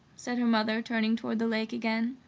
said her mother, turning toward the lake again.